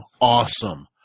awesome